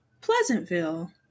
Pleasantville